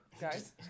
Guys